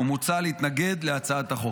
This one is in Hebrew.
ומוצע להתנגד להצעת החוק.